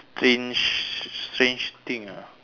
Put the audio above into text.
strange strange thing ah